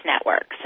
networks